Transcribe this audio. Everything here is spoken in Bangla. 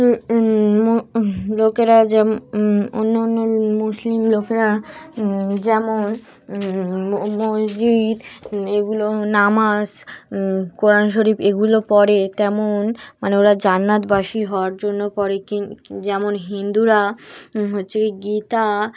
লোকেরা যে অন্য অন্য মুসলিম লোকেরা যেমন মসজিদ এগুলো নামাজ কোরআন শরীফ এগুলো পড়ে তেমন মানে ওরা জান্নাত বাসী হওয়ার জন্য পড়ে যেমন হিন্দুরা হচ্ছে গীতা